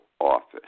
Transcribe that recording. office